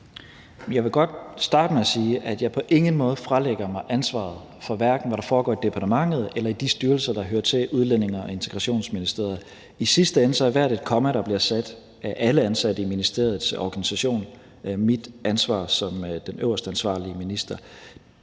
Jeg vil godt starte med at sige, at jeg på ingen måde fralægger mig ansvaret, hverken for hvad der foregår i departementet eller i de styrelser, der hører til Udlændinge- og Integrationsministeriet. I sidste ende er hvert et komma, der bliver sat af alle ansatte i ministeriets organisation, mit ansvar som den øverst ansvarlige minister.